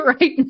right